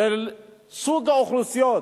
סוג האוכלוסיות,